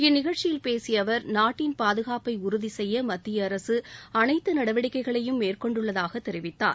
இந்நிகழ்ச்சியில் பேசிய அவர் நாட்டின் பாதுகாப்பை உறுதிசெய்ய மத்திய அரசு அனைத்து நடவடிக்கைகளையும் மேற்கொண்டுள்ளதாக தெரிவித்தார்